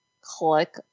click